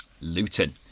Luton